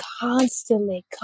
constantly